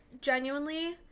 genuinely